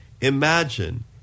Imagine